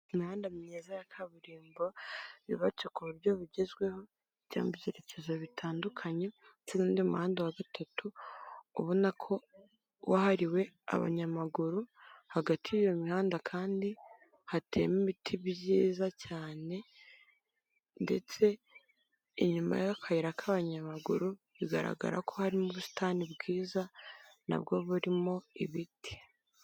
Imihanda myiza ya kaburimbo yubatse ku buryo bugezweho cyangwa ibyerekezo bitandukanye ndetse n'undi muhanda wa gatatu ubona ko wahariwe abanyamaguru hagati y'iyo mihanda kandi hateyemo ibiti byiza cyane ndetse inyuma y'akayira k'abanyamaguru bigaragara ko hari ubusitani bwiza nabwo burimo ibiti.